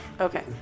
Okay